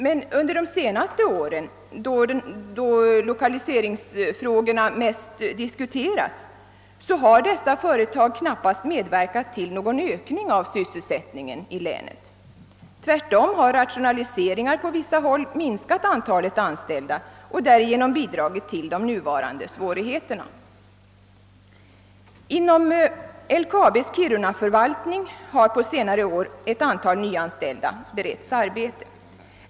Men under de senaste åren, då lokaliseringsfrågorna mest diskuterats, har dessa företag knappast medverkat till någon ökning av sysselsättningen i länet. Tvärtom har rationaliseringar på vissa håll minskat antalet anställda och därigenom bidragit till de nuvarande svårigheterna. Inom LKAB:s Kirunaförvaltning har på senare år ett antal nyanställda beretts arbete.